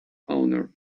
owner